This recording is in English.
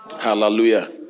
Hallelujah